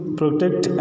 protect